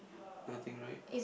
nothing right